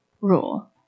rule